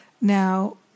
Now